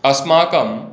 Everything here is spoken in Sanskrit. अस्माकं